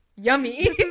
yummy